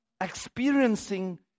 experiencing